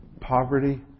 Poverty